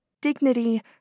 dignity